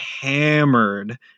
hammered